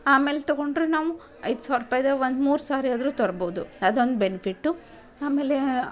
ಆಮೇಲೆ ತಗೊಂಡರೆ ನಾವು ಐದು ಸಾವಿರ ರೂಪಾಯ್ದು ಒಂದು ಮೂರು ಸಾರಿ ಆದರೂ ತರ್ಬೋದು ಅದೊಂದು ಬೆನಿಫಿಟ್ಟು ಆಮೇಲೆ